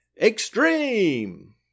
extreme